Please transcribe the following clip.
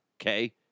okay